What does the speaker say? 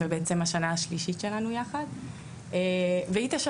השנה הזו זו בעצם השנה השלישית שלנו יחד והיא כאן